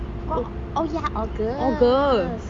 august